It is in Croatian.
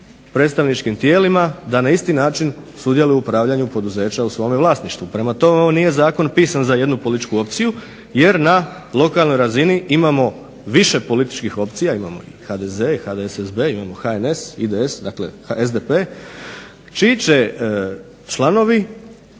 predstavničkim tijelima da na isti način sudjeluju u upravljanju poduzeća u svome vlasništvu. Prema tome, ovo nije zakon pisan za jednu političku opciju jer na lokalnoj razini imamo više političkih opcija. Imamo i HDZ, imamo HDSSB, imamo HNS, IDS, SDP čiji će članovi